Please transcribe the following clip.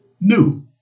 new